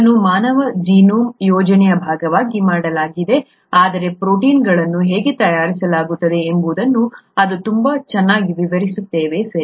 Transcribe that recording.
ಇದನ್ನು ಮಾನವ ಜೀನೋಮ್ ಯೋಜನೆಯ ಭಾಗವಾಗಿ ಮಾಡಲಾಗಿದೆ ಆದರೆ ಪ್ರೋಟೀನ್ಗಳನ್ನು ಹೇಗೆ ತಯಾರಿಸಲಾಗುತ್ತದೆ ಎಂಬುದನ್ನು ಇದು ತುಂಬಾ ಚೆನ್ನಾಗಿ ವಿವರಿಸುತ್ತದೆ ಸರಿ